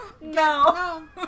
No